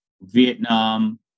Vietnam